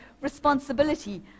responsibility